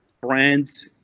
brands